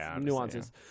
nuances